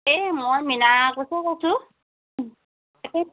এই মই মিনাৰা কোচে কৈছোঁ